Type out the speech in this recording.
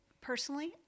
personally